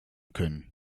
können